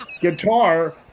guitar